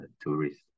tourists